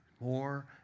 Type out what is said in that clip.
more